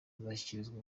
azashyikirizwa